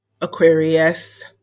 Aquarius